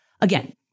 Again